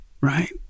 right